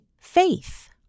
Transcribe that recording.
faith